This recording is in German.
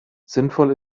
sinnvoll